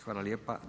Hvala lijepa.